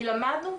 כי למדנו,